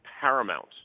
paramount